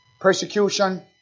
Persecution